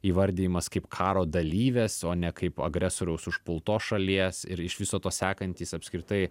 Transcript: įvardijimas kaip karo dalyvės o ne kaip agresoriaus užpultos šalies ir iš viso to sekantys apskritai